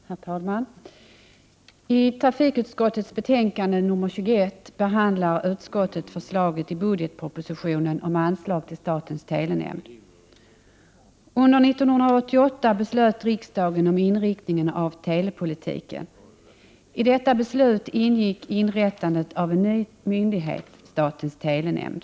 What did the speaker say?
Herr talman! I trafikutskottets betänkande nr 21 behandlar utskottet förslaget i budgetpropositionen om anslag till statens telenämnd. År 1988 beslutade riksdagen om inriktningen av telepolitiken. I detta beslut ingick att man skulle inrätta en ny myndighet, statens telenämnd.